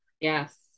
Yes